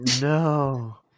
no